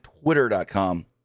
Twitter.com